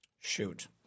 Shoot